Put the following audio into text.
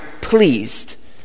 pleased